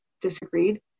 disagreed